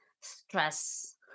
stress